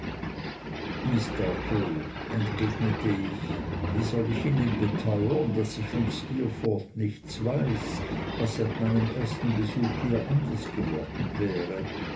miß dartle entgegnete ich wie soll ich ihnen beteuern daß ich von steerforth nichts weiß was seit meinem ersten besuch hier anders geworden wäre